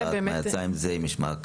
חשוב לנו לדעת מה יצא עם זה, אם יש מעקב.